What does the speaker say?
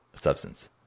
substance